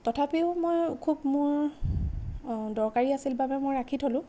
তথাপিও মই খুব মোৰ দৰকাৰী আছিল বাবে মই ৰাখি থ'লো